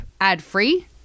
ad-free